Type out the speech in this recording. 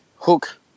hook